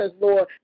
Lord